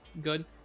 good